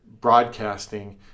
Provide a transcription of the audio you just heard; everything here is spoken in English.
broadcasting